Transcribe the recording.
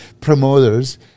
promoters